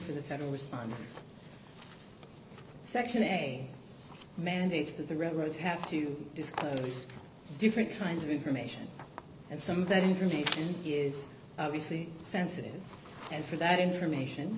to the federal response section a mandates that the red rose have to disclose different kinds of information and some of that information is obviously sensitive and for that information